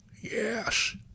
Yes